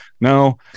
no